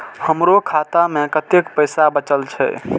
हमरो खाता में कतेक पैसा बचल छे?